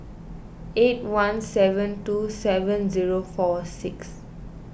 eight one seven two seven zero four six